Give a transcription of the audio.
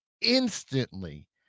instantly